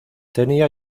tenía